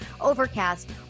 overcast